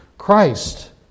Christ